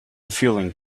feeling